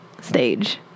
stage